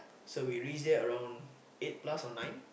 so we reach there around eight plus or nine